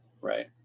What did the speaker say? right